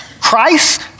Christ